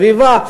איכות הסביבה,